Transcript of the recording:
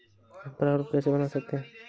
हम प्रारूप कैसे बना सकते हैं?